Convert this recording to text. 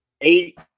eight